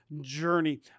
journey